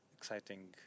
Exciting